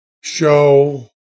show